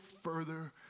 further